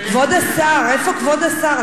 כבוד השר, איפה כבוד השר?